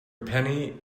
penny